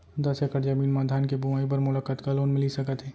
दस एकड़ जमीन मा धान के बुआई बर मोला कतका लोन मिलिस सकत हे?